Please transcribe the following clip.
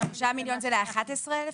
11 כבסיס.